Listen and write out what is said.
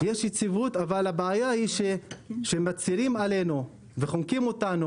אבל הבעיה היא שמצהירים עלינו וחונקים אותנו